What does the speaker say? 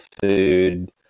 food